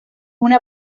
una